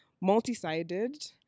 multi-sided